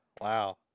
wow